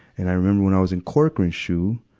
and i remember when i was in corcoran shu,